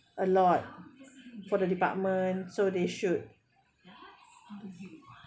a lot for the department so they should